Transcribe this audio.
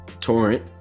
torrent